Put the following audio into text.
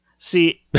see